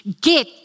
get